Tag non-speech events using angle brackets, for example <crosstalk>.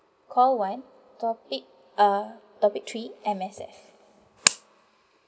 call one topic uh topic three M_S_F <noise>